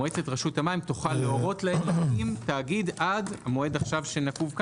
מועצת רשות המים תוכל להורות להם להקים תאגיד עד מועד שנקוב פה,